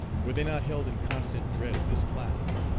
were they not held in constant dread of this class.